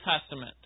Testament